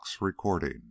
recording